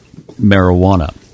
marijuana